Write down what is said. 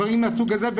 דברים מהסוג הזה,